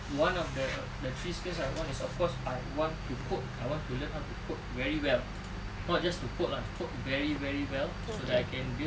one of the the three skills I want is of course I want to code I want to learn how to code very well not just to code lah code very very well so that I can build